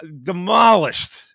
demolished